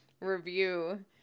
review